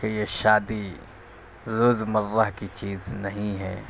کہ یہ شادی روزمرہ کی چیز نہیں ہے